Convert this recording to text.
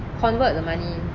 convert the money